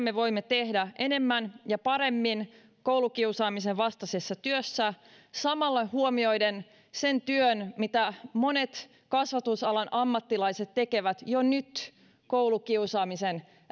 me voimme tehdä enemmän ja paremmin koulukiusaamisen vastaisessa työssä samalla huomioiden sen työn mitä monet kasvatusalan ammattilaiset tekevät jo nyt koulukiusaamisen